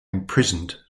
imprisoned